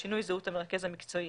שינוי זהות המרכז המקצועי,